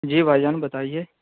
جی بھائی جان بتائیے